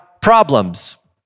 problems